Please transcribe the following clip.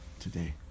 today